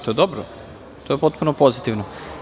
To je dobro, to je potpuno pozitivno.